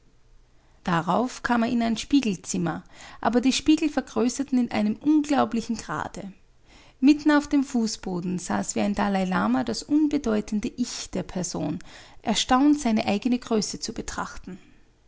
darauf kam er in ein spiegelzimmer aber die spiegel vergrößerten in einem unglaublichen grade mitten auf dem fußboden saß wie ein dalailama das unbedeutende ich der person erstaunt seine eigene größe zu betrachten